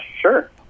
sure